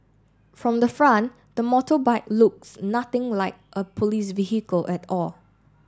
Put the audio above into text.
from the front the motorbike looks nothing like a police vehicle at all